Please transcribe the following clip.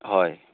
হয়